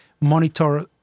monitor